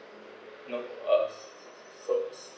no uh so